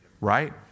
Right